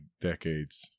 decades